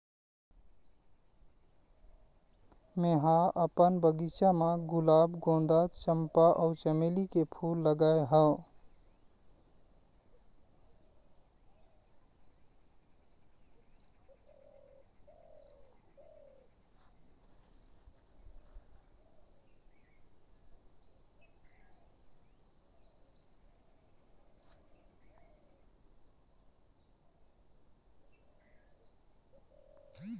मेंहा अपन बगिचा म गुलाब, गोंदा, चंपा अउ चमेली के फूल लगाय हव